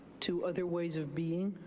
to other ways of being